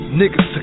niggas